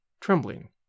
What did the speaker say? trembling